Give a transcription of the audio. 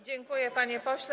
Dziękuję, panie pośle.